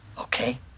Okay